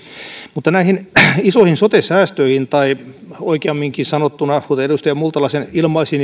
mutta näihin isoihin sote säästöihin tai oikeamminkin sanottuna kuten edustaja multala sen ilmaisi